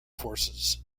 forces